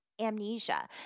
amnesia